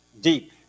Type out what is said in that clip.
deep